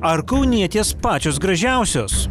ar kaunietės pačios gražiausios